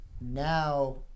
now